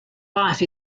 life